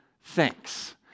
thanks